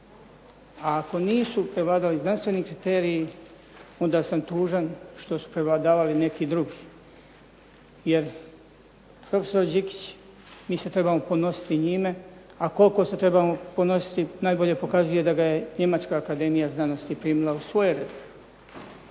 a ako nisu prevladali znanstveni kriteriji onda sam tužan što su prevladavali neki drugi. Jer profesor Đikić, mi se trebamo ponositi njime, a koliko se trebamo ponositi najbolje pokazuje da ga je Njemačka akademija znanosti primila u svoje redove.